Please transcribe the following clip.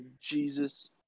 Jesus